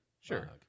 Sure